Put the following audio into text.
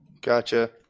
Gotcha